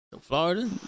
Florida